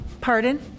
Pardon